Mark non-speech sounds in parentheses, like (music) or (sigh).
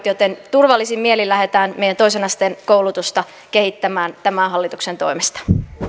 (unintelligible) joten turvallisin mielin lähdetään meidän toisen asteen koulutusta kehittämään tämän hallituksen toimesta